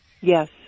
Yes